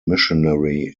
missionary